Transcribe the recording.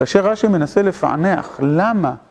כאשר רש"י מנסה לפענח, למה?